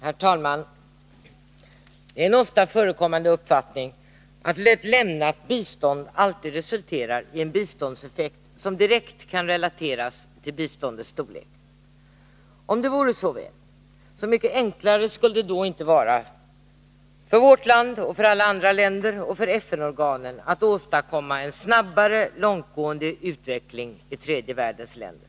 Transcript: Nr 138 Herr talman! Det är en ofta förekommande uppfattning att ett lämnat : É ;;/. Onsdagen den bistånd alltid resulterar i en biståndseffekt som direkt kan relateras till :: 5 maj 1982 biståndets storlek. Om det vore så väl — hur mycket enklare skulle det då inte vara för vårt land, alla andra länder och för FN-organen att åstadkomma en § SE 5 Internationellt snabbare, långtgående utveckling i tredje världens länder.